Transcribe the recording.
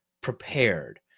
prepared